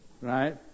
right